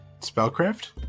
Spellcraft